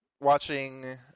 watching